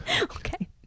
Okay